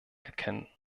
erkennen